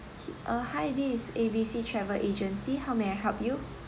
K uh hi this is A B C travel agency how may I help you